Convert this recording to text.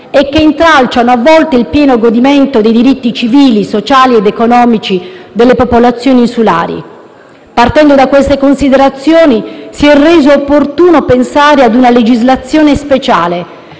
e che intralciano, a volte, il pieno godimento dei diritti civili, sociali ed economici delle popolazioni insulari. Partendo da queste considerazioni, si è reso opportuno pensare a una legislazione speciale